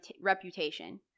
reputation